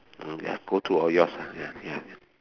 ya go through all yours ah ya ya